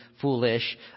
foolish